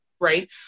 right